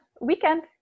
weekend